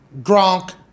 Gronk